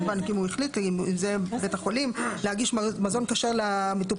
כמובן אם הוא החליט להגיש מזון כשר למטופלים